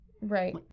Right